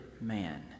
man